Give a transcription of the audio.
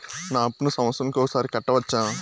నా అప్పును సంవత్సరంకు ఒకసారి కట్టవచ్చా?